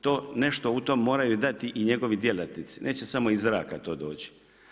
To nešto u tom moraju dati i njegovi djelatnici neće samo iz zraka to doći.